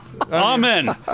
amen